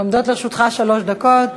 עומדות לרשותך שלוש דקות.